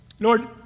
Lord